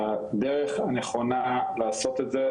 הדרך הנכונה לעשות את זה,